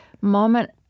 moment